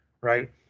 right